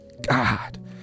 god